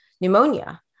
pneumonia